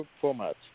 format